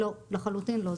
לחלוטין לא.